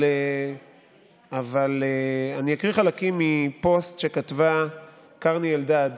אבל אני אקריא חלקים מפוסט שכתבה קרני אלדד,